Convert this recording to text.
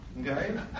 Okay